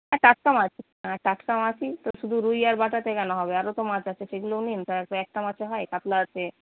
হ্যাঁ টাটকা মাছ টাটকা মাছই তো শুধু রুই আর বাটাতে কেন হবে আরও তো মাছ আছে সেগুলোও নিন তারপর একটা মাছে হয় কাতলা আছে